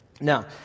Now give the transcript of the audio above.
Now